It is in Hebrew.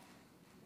מיליון.